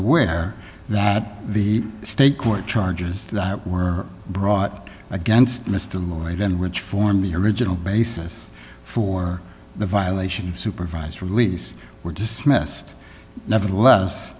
aware that the state court charges that were brought against mr lloyd and which form the original basis for the violation of supervised release were dismissed nevertheless